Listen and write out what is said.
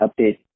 update